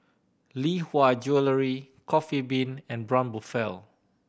Lee Hwa Jewellery Coffee Bean and Braun Buffel